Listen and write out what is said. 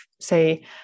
say